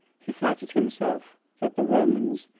he flattered himself that the romans,